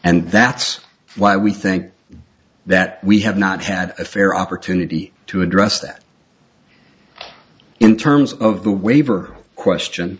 and that's why we think that we have not had a fair opportunity to address that in terms of the waiver question